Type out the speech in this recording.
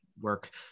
work